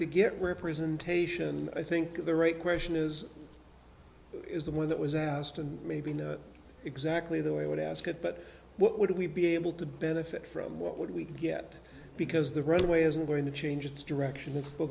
to get representation i think the right question is is the one that was asked and maybe no exactly the way i would ask it but what would we be able to benefit from what we get because the roadway isn't going to change its direction